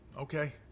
okay